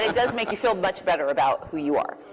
does make you feel much better about who you are.